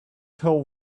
till